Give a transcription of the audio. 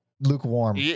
lukewarm